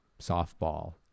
softball